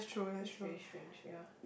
this very strange ya